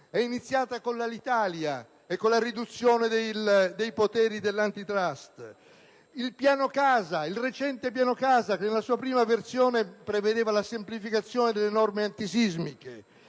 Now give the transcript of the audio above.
è iniziata con l'Alitalia e con la riduzione dei poteri dell'Antitrust. È proseguita con il recente piano casa, che nella sua prima versione prevedeva la semplificazione delle norme antisismiche,